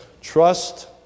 Trust